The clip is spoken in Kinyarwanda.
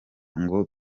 ngo